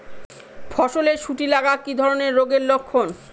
ফসলে শুটি লাগা কি ধরনের রোগের লক্ষণ?